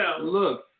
Look